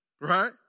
right